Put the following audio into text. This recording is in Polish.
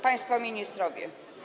Państwo Ministrowie!